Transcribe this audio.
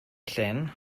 llyn